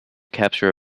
capture